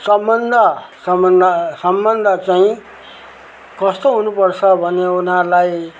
सम्बन्ध सम्बन्ध सम्बन्ध चाहिँ कस्तो हुनुपर्छ भने उनीहरूलाई